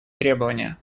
требования